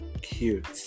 Cute